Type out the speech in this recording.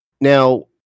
now